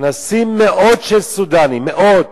נכנסים מאות סודנים, מאות.